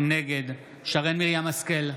נגד שרן מרים השכל,